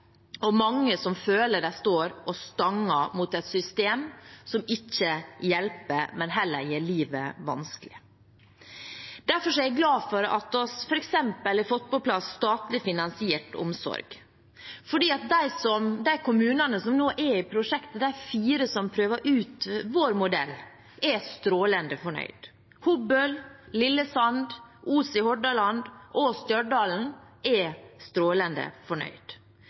og mange som føler at de står og stanger mot et system som ikke hjelper, men heller gjør livet vanskelig. Derfor er jeg glad for at vi f.eks. har fått på plass statlig finansiert omsorg, for de kommunene som nå er i prosjektet, de fire som prøver ut vår modell, er strålende fornøyd. Hobøl, Lillesand, Os i Hordaland og Stjørdal er strålende fornøyd.